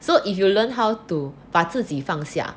so if you learn how to 把自己放下